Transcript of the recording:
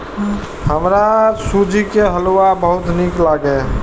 हमरा सूजी के हलुआ बहुत नीक लागैए